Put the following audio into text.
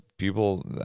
People